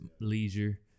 leisure